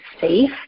safe